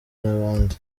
n’abandi